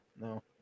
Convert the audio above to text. no